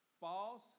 False